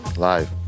live